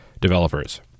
developers